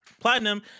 Platinum